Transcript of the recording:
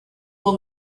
will